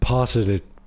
Positive